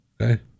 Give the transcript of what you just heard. okay